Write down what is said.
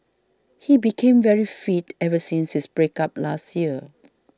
he became very fit ever since his break up last year